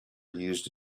used